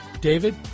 David